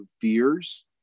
fears